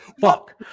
fuck